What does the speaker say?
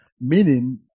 Meaning